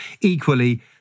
equally